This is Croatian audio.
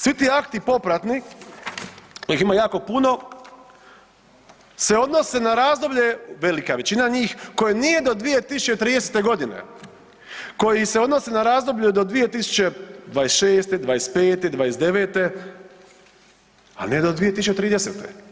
Svi ti akti popratni kojih ima jako puno se odnose na razdoblje, velika većina njih koje nije do 2030. g. koji se odnose na razdoblje do 2026., '25., '29., a ne do 2030.